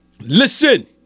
listen